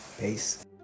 Peace